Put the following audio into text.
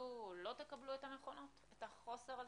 יש חלופות לתרחיש ייחוס שוועדת השרים תצטרך